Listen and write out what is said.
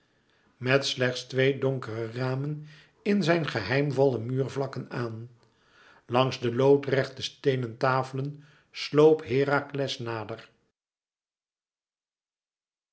met slechts twee donkere ramen in zijn geheimvolle muurvlakken aan langs de loodrechte steenen tafelen sloop herakles nader